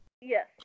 Yes